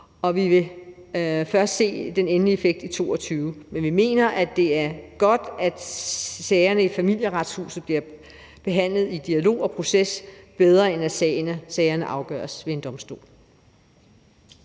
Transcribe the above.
vi vil først se den endelige effekt i 2022, men vi mener, at det er godt, at sagerne bliver behandlet i Familieretshuset i dialog og proces, og at det er bedre, end at sagerne afgøres ved en domstol.